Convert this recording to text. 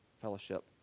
fellowship